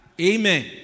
Amen